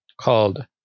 Called